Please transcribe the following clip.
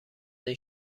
این